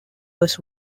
was